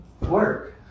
work